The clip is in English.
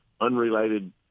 unrelated